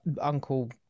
uncle